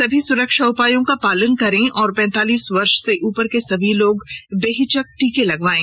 सभी सुरक्षा उपायों का पालन करें और पैंतालीस वर्ष से उपर के सभी लोग बेहिचक टीका लगवायें